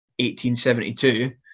1872